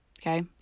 okay